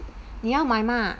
你要买吗